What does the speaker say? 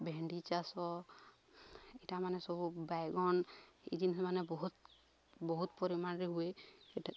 ଭେଣ୍ଡି ଚାଷ ଏଇଟା ମାନେ ସବୁ ବାଇଗନ୍ ଏଇ ଜିନିଷମାନେ ବହୁତ ବହୁତ ପରିମାଣରେ ହୁଏ